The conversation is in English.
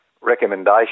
recommendation